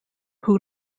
who